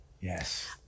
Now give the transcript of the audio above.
Yes